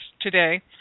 today